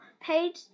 page